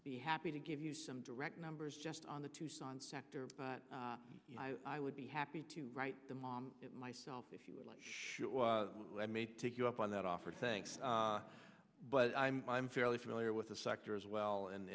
be happy to give you some direct numbers just on the tucson sector but i would be happy to write them on it myself if you would like sure i may take you up on that offer thanks but i'm i'm fairly familiar with the sector as well and